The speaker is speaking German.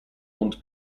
und